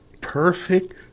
Perfect